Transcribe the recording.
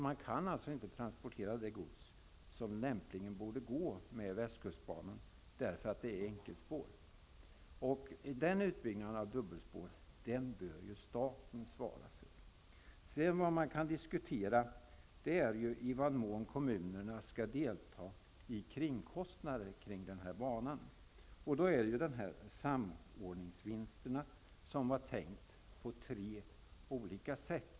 Man kan inte transportera allt det gods som lämpligen borde gå med västkustbanan, eftersom den bara har ett enkelspår. Utbyggnaden till dubbelspår bör staten svara för. Sedan kan man diskutera i vad mån kommunerna skall delta i kringkostnader för banan. Man hade då tänkt sig samordningsvinster på tre olika sätt.